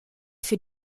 für